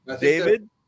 David